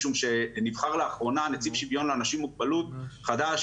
משום שנבחר לאחרונה נציב שיוויון לאנשים עם מוגבלות חדש,